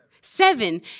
Seven